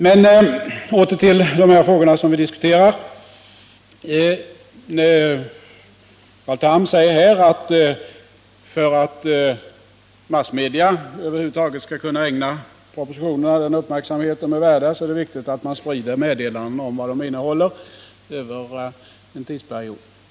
För att återgå till de frågor som vi här diskuterat så säger Carl Tham att för att massmedia över huvud taget skall kunna ägna propositionerna den uppmärksamhet som de kräver, så är det viktigt att man sprider meddelanden om deras innehåll över en tidsperiod.